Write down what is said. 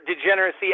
degeneracy